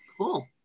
Cool